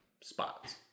spots